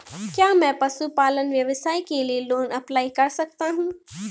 क्या मैं पशुपालन व्यवसाय के लिए लोंन अप्लाई कर सकता हूं?